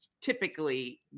typically